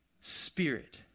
Spirit